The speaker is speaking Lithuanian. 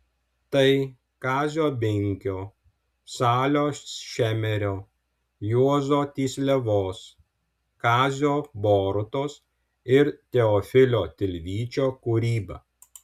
tai kazio binkio salio šemerio juozo tysliavos kazio borutos ir teofilio tilvyčio kūryba